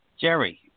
Jerry